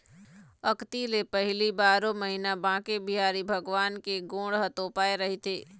अक्ती ले पहिली बारो महिना बांके बिहारी भगवान के गोड़ ह तोपाए रहिथे